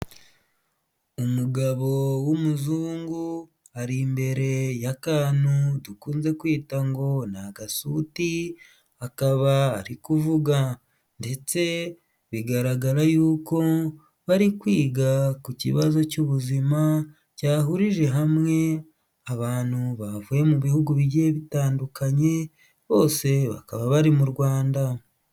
Umugabo w'umuzungu ari imbere y'akantu dukunze kwita ngo n'agasuti akaba ari kuvuga. Ndetse bigaragara yuko bari kwiga ku kibazo cy'ubuzima cyahurije hamwe abantu bavuye mu bihugu bigiye bitandukanye bose bakaba bari mu rwanda.